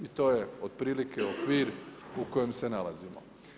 I to je otprilike okvir u kojem se nalazimo.